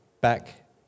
back